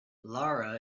lara